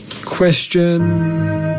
Question